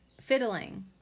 fiddling